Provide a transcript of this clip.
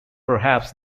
perhaps